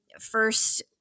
First